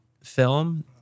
film